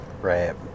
Right